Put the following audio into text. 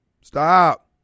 Stop